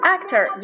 Actor